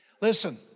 Listen